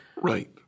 Right